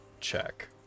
check